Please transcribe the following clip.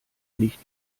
nicht